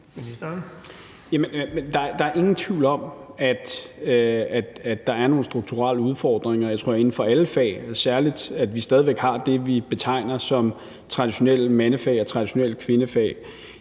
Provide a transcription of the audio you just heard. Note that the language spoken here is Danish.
der er ingen tvivl om, at der er nogle strukturelle udfordringer, og jeg tror, det er inden for alle fag, og særlig i forhold til, at vi stadig væk har det, vi betegner som traditionelle mandefag og traditionelle kvindefag.